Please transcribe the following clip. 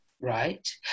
Right